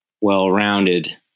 well-rounded